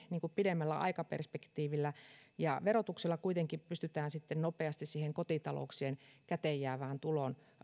pidemmällä aikaperspektiivillä verotuksella kuitenkin pystytään nopeasti vaikuttamaan kotitalouksien käteenjäävään tuloon